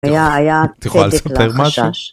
‫היה... את יכולה לספר משהו? היה חשש.